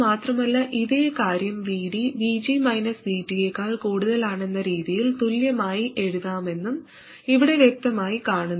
മാത്രമല്ല ഇതേ കാര്യം VD VG VT യേക്കാൾ കൂടുതലാണെന്ന രീതിയിൽ തുല്യമായി എഴുതാമെന്നും ഇവിടെ വ്യക്തമായി കാണുന്നു